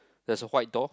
there's a white door